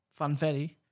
Funfetti